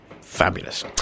fabulous